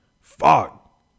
fuck